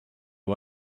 who